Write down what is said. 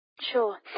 Sure